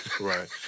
right